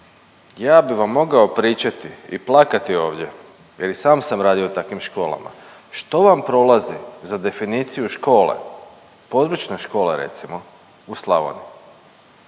Ja bi vam mogao pričati i plakati ovdje jer i sam radio u takvim školama. Što vam prolazi za definiciju škole, područna škola recimo u Slavoniji,